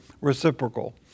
reciprocal